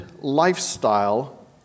lifestyle